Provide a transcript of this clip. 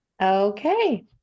Okay